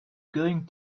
going